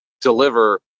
deliver